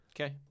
Okay